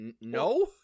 No